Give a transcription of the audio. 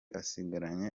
asigaranye